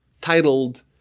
titled